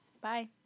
Bye